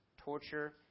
torture